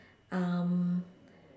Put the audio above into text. um